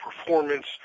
performance